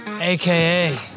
aka